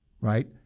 right